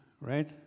right